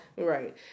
Right